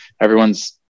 everyone's